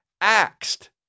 axed